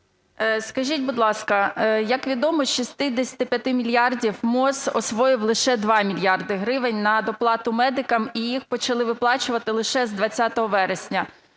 Скажіть, будь ласка, як відомо, із 65 мільярдів МОЗ освоїв лише 2 мільярди гривень на доплату медикам і їх почали виплачувати лише з 20 вересня.